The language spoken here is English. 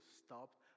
stopped